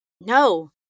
No